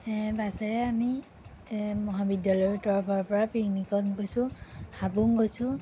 এ বাছেৰে আমি এ মহাবিদ্যালয়ৰ তৰফৰ পৰা পিকনিকত গৈছোঁ হাবুং গৈছোঁ